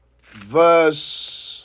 Verse